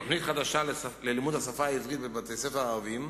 תוכנית חדשה ללימוד השפה העברית בבתי-ספר הערביים,